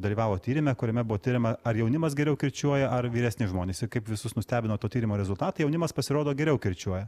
dalyvavo tyrime kuriame buvo tiriama ar jaunimas geriau kirčiuoja ar vyresni žmonės kaip visus nustebino to tyrimo rezultatai jaunimas pasirodo geriau kirčiuoja